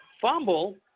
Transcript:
fumble